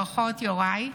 ברכות, יוראי.